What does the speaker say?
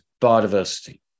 biodiversity